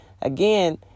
again